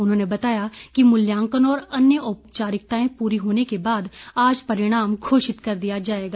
उन्होंने बताया कि मूल्यांकन और अन्य औपचारिकताएं पूरी होने के बाद आज परिणाम घोषित कर दिया जाएगा